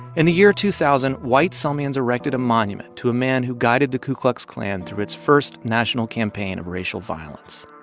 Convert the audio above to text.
in the year two thousand, white selmians erected a monument to a man who guided the ku klux klan through its first national campaign of racial violence